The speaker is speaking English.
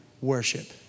worship